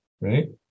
Right